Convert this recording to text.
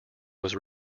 was